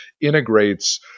integrates